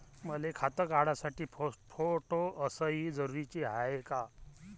मले खातं काढासाठी फोटो अस सयी जरुरीची हाय का?